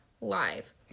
live